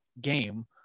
game